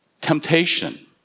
temptation